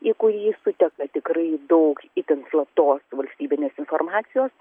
į kurį suteka tikrai daug itin slaptos valstybinės informacijos